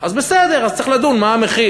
אז בסדר, אז צריך לדון מה המחיר.